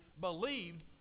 believed